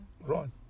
run